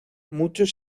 muchos